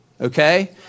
Okay